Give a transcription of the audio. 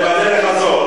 בדרך הזאת,